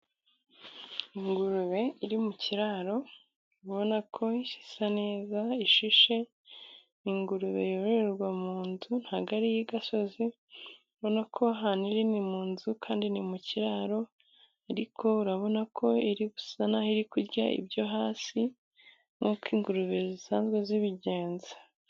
Ingurube iri mu kiraro ubona ko isa neza ishishe, ingurube yororerwa mu nzu ntago airi iyi gasozi, ubonako ari hanini mu nzu kandi ni mu kiraro, ariko urabona ko iri gusa naho iri kurya ibyo hasi nkuko ingurube zisanzwe zibigenza.